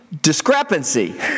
discrepancy